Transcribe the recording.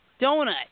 Donut